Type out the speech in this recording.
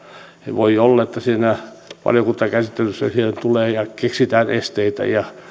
voi olla että valiokuntakäsittelyssä tulee ja keksitään esteitä